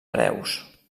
hereus